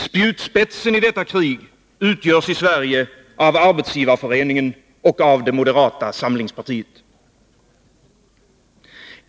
Spjutspetsen i detta krig utgörs i Sverige av Arbetsgivareföreningen och moderata samlingspartiet.